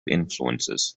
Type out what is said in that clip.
influences